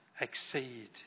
exceed